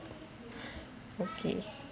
okay